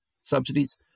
Subsidies